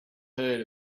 heard